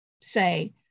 say